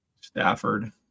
Stafford